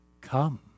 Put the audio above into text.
come